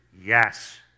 yes